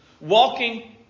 walking